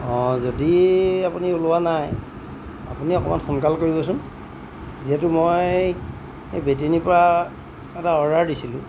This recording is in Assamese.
অঁ যদি আপুনি ওলোৱা নাই আপুনি অকণমান সোনকাল কৰিবচোন যিহেতু মই এই বেটিয়নীৰ পৰা এটা অৰ্ডাৰ দিছিলোঁ